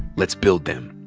let's build them.